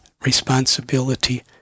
Responsibility